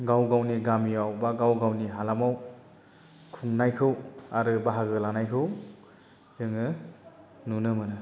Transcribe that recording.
गाव गावनि गामियाव बा गाव गावनि हालामाव खुंनायखौ आरो बाहागो लानायखौ जोङो नुनो मोनो